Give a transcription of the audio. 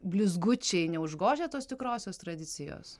blizgučiai neužgožia tos tikrosios tradicijos